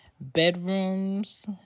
Bedrooms